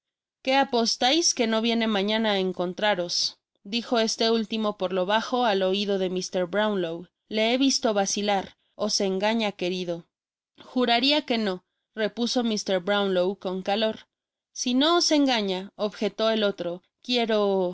que apostais que no viene mañana á encontraros dijo este último por lo bajo al oido de mr brownlow le he visto vacilar os engaña querido juraria que no repuso mr brownlow con calor si no os engaña objetó el otro quiero y